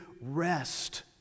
rest